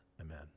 amen